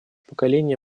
поколение